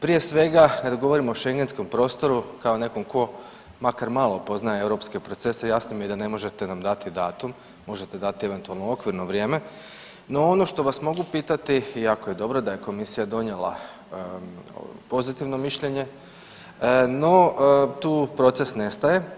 Prije svega, kad govorimo o Šengenskom prostoru, kao nekom tko makar malo poznaje europske procese, jasno mi je da ne možete nam dati datum, možete dati eventualno okvirno vrijeme, no ono što vas mogu pitati i jako je dobro da je Komisija donijela pozitivno mišljenje, no, tu proces ne staje.